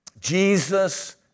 Jesus